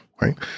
right